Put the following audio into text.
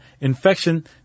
infection